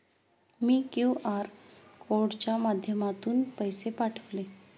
मी QR कोडच्या माध्यमातून पैसे पाठवले